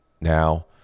now